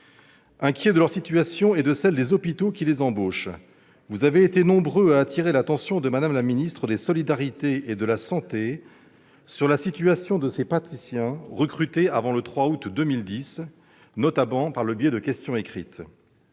Inquiets de leur situation et de celle des hôpitaux qui les embauchent, vous avez été nombreux à attirer l'attention de Mme la ministre des solidarités et de la santé sur la situation de ces praticiens recrutés avant le 3 août 2010, notamment par le biais de questions écrites.